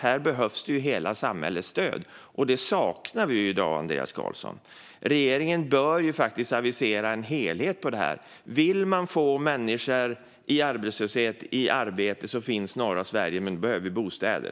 Här behövs hela samhällets stöd. Det saknar vi i dag, Andreas Carlson. Regeringen bör avisera en helhet när det gäller detta. Om man vill få arbetslösa människor i arbete så finns dessa arbeten i norra Sverige, men då behövs bostäder.